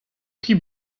tri